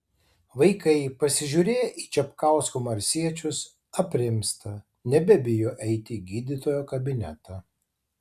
vaikai pasižiūrėję į čepkausko marsiečius aprimsta nebebijo eiti į gydytojo kabinetą